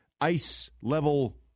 ice-level